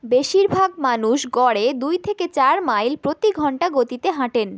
বেশিরভাগ মানুষ গড়ে দুই থেকে চার মাইল প্রতি ঘন্টা গতিতে হাঁটেন